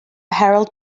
harold